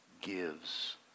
gives